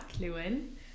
Lewin